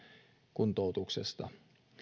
kuntoutuksesta